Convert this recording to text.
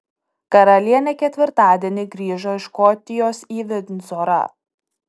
karalienė ketvirtadienį grįžo iš škotijos į vindzorą